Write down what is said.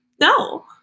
no